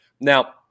Now